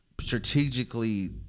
strategically